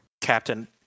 captain